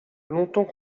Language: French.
longtemps